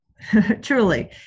truly